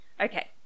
Okay